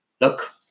look